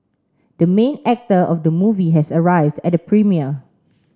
the main actor of the movie has arrived at the premiere